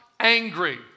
angry